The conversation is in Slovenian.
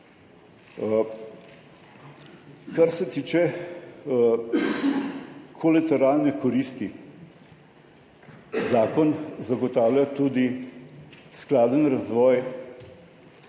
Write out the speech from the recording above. Kar se tiče kolateralne koristi. Zakon zagotavlja tudi skladen razvoj